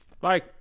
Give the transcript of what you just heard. Bye